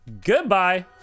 goodbye